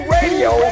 Radio